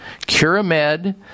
Curamed